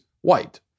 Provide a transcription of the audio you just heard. white